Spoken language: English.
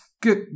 good